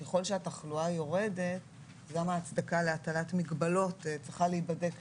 ככל שהתחלואה יורדת גם ההצדקה להטלת מגבלות צריכה להידבק שוב.